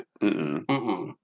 Mm-mm